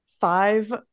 five